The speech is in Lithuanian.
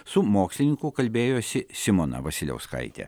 su mokslininku kalbėjosi simona vasiliauskaitė